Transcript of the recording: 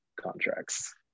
contracts